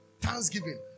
Thanksgiving